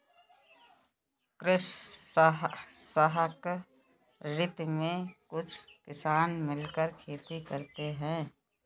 कृषि सहकारिता में कुछ किसान मिलकर खेती करते हैं